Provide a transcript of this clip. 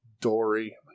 Dory